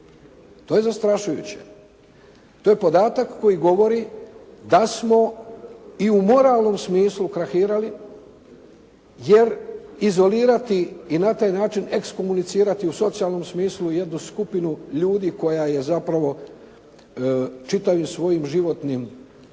To je zastrašujuće. To je podatak koji govori da smo i u moralnom smislu krahirali jer izolirati i na taj način ekskomunicirati u socijalnom smislu jednu skupinu ljudi koja je zapravo čitavim svojim životnim,